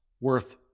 worth